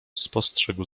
spostrzegł